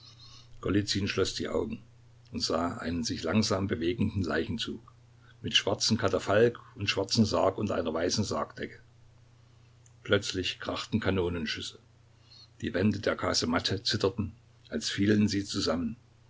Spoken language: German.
schloß die augen und sah einen sich langsam bewegenden leichenzug mit schwarzem katafalk und schwarzem sarg unter einer weißen sargdecke plötzlich krachten kanonenschüsse die wände der kasematte zitterten als fielen sie zusammen